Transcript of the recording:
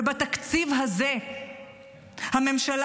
ובתקציב הזה הממשלה,